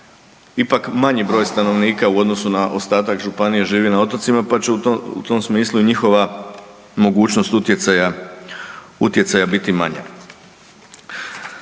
ipak manji broj stanovnika u odnosu na ostatak županija živi na otocima pa će u tom smislu i njihova mogućnost utjecaja, utjecaja